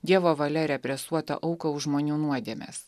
dievo valia represuotą auką už žmonių nuodėmes